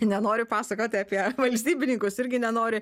nenori pasakoti apie valstybininkus irgi nenori